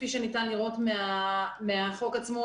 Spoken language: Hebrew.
כפי שניתן לראות מהחוק עצמו,